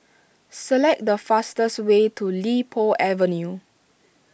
select the fastest way to Li Po Avenue